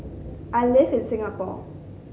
I live in Singapore